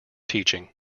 teaching